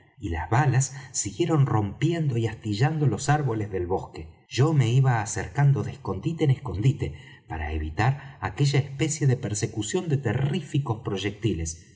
y las balas siguieron rompiendo y astillando los árboles del bosque yo me iba acercando de escondite en escondite para evitar aquella especie de persecución de terríficos proyectiles